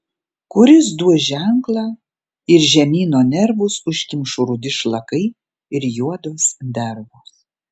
kuris duos ženklą ir žemyno nervus užkimš rudi šlakai ir juodos dervos